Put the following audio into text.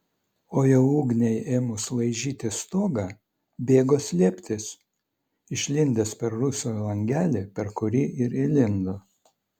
o jau ugniai ėmus laižyti stogą bėgo slėptis išlindęs per rūsio langelį per kurį ir įlindo